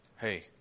hey